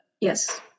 yes